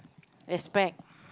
expect